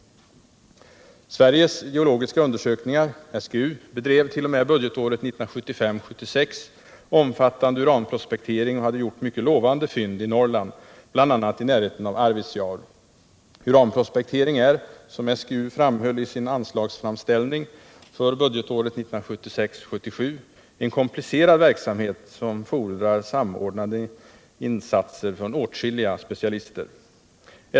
Sveriges geologiska undersökning bedrev t.o.m. budgetåret 1975 77, en komplicerad verksamhet som fordrar samordnade insatser från åtskilliga specialister.